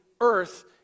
earth